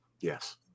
Yes